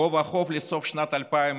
גובה החוב לסוף שנת 2020,